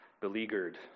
beleaguered